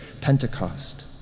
Pentecost